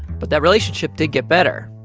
but that relationship did get better.